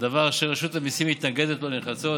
דבר שרשות המיסים מתנגדת לו נחרצות.